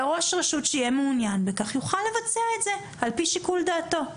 אלא ראש רשות שיהיה מעוניין בכך יוכל לבצע את זה על פי שיקול דעתו.